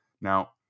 Now